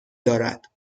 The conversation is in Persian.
دارد